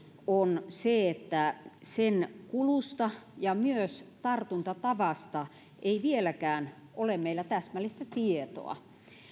on se että sen kulusta ja myös tartuntatavasta ei vieläkään ole meillä täsmällistä tietoa